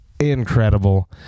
incredible